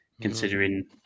considering